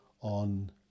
on